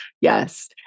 Yes